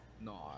no